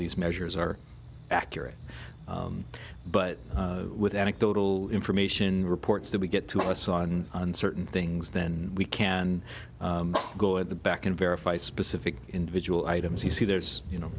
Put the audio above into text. these measures are accurate but with anecdotal information reports that we get to us on certain things then we can go in the back and verify specific individual items you see there's you know